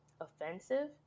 offensive